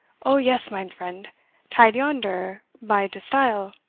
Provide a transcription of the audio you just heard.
o yes, mine friend tied yonder by de stile,